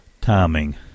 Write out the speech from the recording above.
timing